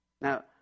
Now